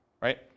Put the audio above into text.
right